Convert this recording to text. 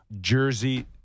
Jersey